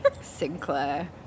sinclair